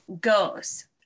goes